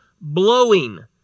blowing